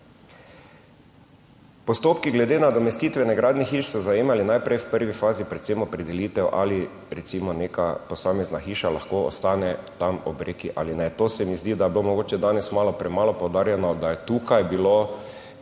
Postopki glede nadomestitve na gradnje hiš so zajemali, najprej v prvi fazi predvsem opredelitev ali recimo neka posamezna hiša lahko ostane tam ob reki ali ne. To se mi zdi, da je bilo mogoče danes malo premalo poudarjeno, da je tukaj bilo